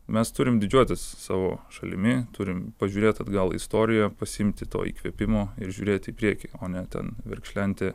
mes turim didžiuotis savo šalimi turim pažiūrėt atgal į istoriją pasiimti toj įkvėpimo ir žiūrėti į priekį o ne ten verkšlenti